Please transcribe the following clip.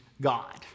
God